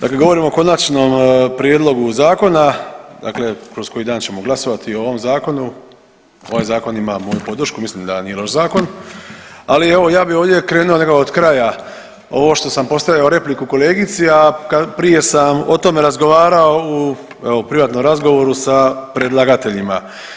Dakle govorimo o konačnom prijedlogu zakona, dakle kroz koji dan ćemo glasovati o ovom Zakonu, ovaj Zakon ima moju podršku, mislim da nije loš zakon, ali evo, ja bih ovdje krenuo nekako od kraja, ovo što sam postavio repliku kolegici, a prije sam o tome razgovarao u, evo, privatnom razgovoru sa predlagateljima.